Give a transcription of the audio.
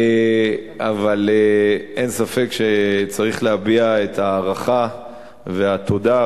אבל אין ספק שצריך להביע את ההערכה והתודה,